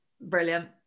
brilliant